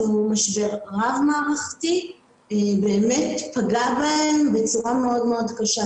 משבר רב מערכתי באמת פגע בהם בצורה מאוד קשה.